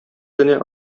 генә